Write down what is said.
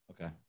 Okay